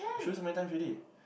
shows you so many times already